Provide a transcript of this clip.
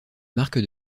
marque